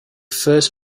first